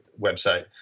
website